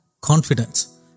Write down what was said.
confidence